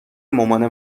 مامانه